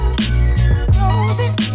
Roses